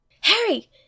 Harry